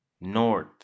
North